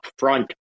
upfront